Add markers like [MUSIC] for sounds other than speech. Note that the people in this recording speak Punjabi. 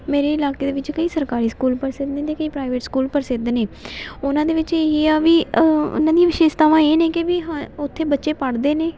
ਮੇਰੇ ਇਲਾਕੇ ਦੇ ਵਿੱਚ ਕਈ ਸਰਕਾਰੀ ਸਕੂਲ ਪ੍ਰਸਿੱਧ ਨੇ ਕਈ ਪ੍ਰਾਈਵੇਟ ਸਕੂਲ ਪ੍ਰਸਿੱਧ ਨੇ ਉਹਨਾਂ ਦੇ ਵਿੱਚ ਇਹੀ ਆ ਵੀ ਉਹਨਾਂ ਦੀ ਵਿਸ਼ੇਸ਼ਤਾਵਾਂ ਇਹ ਨੇ ਕਿ ਵੀ [UNINTELLIGIBLE] ਉਥੇ ਬੱਚੇ ਪੜ੍ਹਦੇ ਨੇ